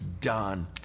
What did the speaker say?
done